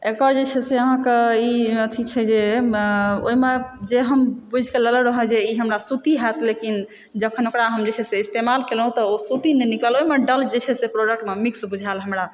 एकर जे छै से अहाँकऽ ई अथी छै जे ओहिमे जे हम बुझिके लेने रहहुँ जे ई हमरा सूती होयत लेकिन जखन ओकरा हम जे छै से इस्तमाल केलहुँ तऽ ओ सूती नहि निकलल ओहिम डल जे छै से प्रोडक्टमे मिक्स बुझायल हमरा